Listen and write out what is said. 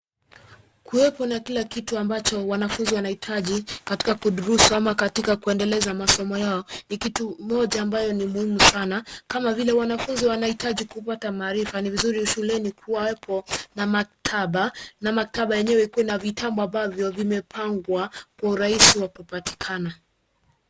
Kila kitu ambacho wanafunzi wanahitaji katika kujifunza au kuendeleza masomo yao kipo shuleni. Vilevile, wanahitaji kupata maarifa, kwa hiyo shule inapaswa kuwa na vyumba vya madarasa na maktaba. Maktaba yenyewe ina vitabu vingi vilivyopangwa vizuri ili iwe rahisi kupata